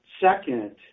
second